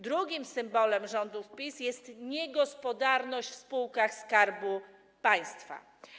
Drugim symbolem rządów PiS jest niegospodarność w spółkach Skarbu Państwa.